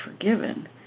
forgiven